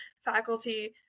faculty